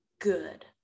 good